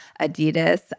Adidas